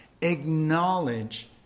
acknowledge